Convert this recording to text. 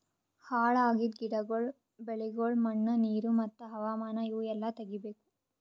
ಹಾಳ್ ಆಗಿದ್ ಗಿಡಗೊಳ್, ಬೆಳಿಗೊಳ್, ಮಣ್ಣ, ನೀರು ಮತ್ತ ಹವಾಮಾನ ಇವು ಎಲ್ಲಾ ತೆಗಿಬೇಕು